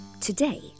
Today